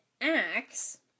Acts